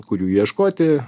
kur jų ieškoti